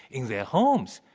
in their homes.